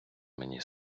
мені